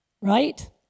right